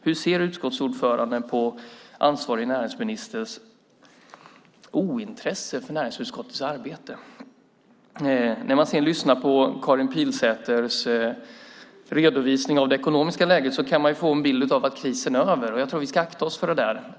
Hur ser utskottsordföranden på ansvarig näringsministers ointresse för näringsutskottets arbete? När man lyssnar på Karin Pilsäters redovisning av det ekonomiska läget kan man få en bild av att krisen är över. Jag tror att vi ska akta oss för det.